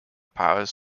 powers